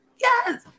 Yes